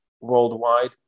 worldwide